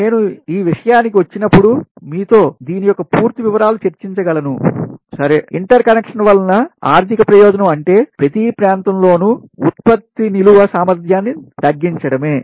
నేను ఈ విషయానికి వచ్చినప్పుడు మీతో దీని యొక్క పూర్తి వివరాలు చర్చించగలను సరే ఇంటర్ కనెక్షన్ వలన ఆర్ధిక ప్రయోజనం అంటే ప్రతి ప్రాంతం లోను ఉత్పత్తి నిలువ సామర్థ్యాన్ని తగ్గించడమే